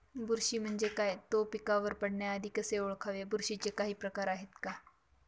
बुरशी म्हणजे काय? तो पिकावर पडण्याआधी कसे ओळखावे? बुरशीचे काही प्रकार आहेत का?